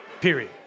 Period